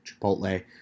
Chipotle